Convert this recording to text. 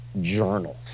journals